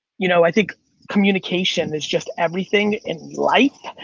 you know i think communication is just everything in life,